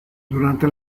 durante